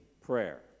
prayer